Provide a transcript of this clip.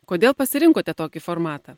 kodėl pasirinkote tokį formatą